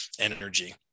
energy